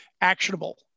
actionable